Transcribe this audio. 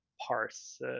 parse